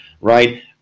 right